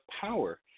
power